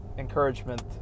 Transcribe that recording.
encouragement